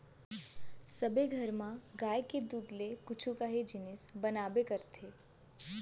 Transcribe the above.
सबे घर म गाय के दूद ले कुछु काही जिनिस बनाबे करथे